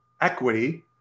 equity